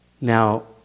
Now